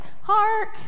hark